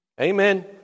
Amen